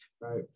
right